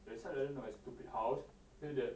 they suddenly went to my stupid house then that